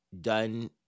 done